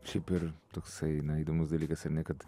šiaip ir toksai na įdomus dalykas ar ne kad